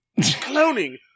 Cloning